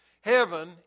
Heaven